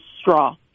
straw